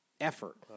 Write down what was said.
effort